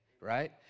right